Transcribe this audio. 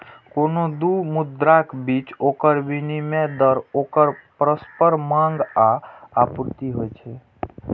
कोनो दू मुद्राक बीच ओकर विनिमय दर ओकर परस्पर मांग आ आपूर्ति होइ छै